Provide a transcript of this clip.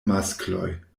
maskloj